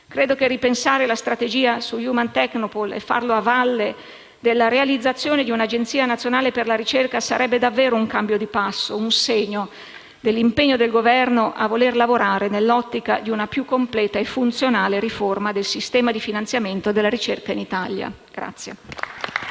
Credo che ripensare la strategia su Human Technopole e farlo a valle della realizzazione di un'Agenzia nazionale per la ricerca sarebbe davvero un cambio di passo e un segno dell'impegno del Governo a voler lavorare nell'ottica di una più completa e funzionale riforma del sistema di finanziamento della ricerca in Italia.